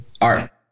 art